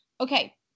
okay